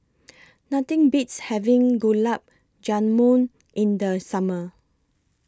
Nothing Beats having Gulab Jamun in The Summer